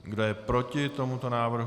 Kdo je proti tomuto návrhu?